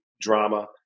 drama